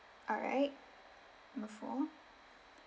alright number four